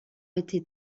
été